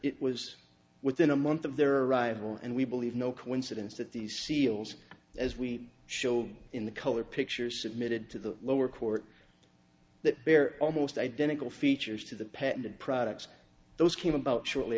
it was within a month of their arrival and we believe no coincidence that these seals as we showed in the color pictures submitted to the lower court that bear almost identical features to the patented products those came about shortly